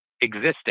existing